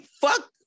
fuck